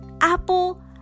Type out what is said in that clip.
apple